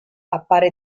appare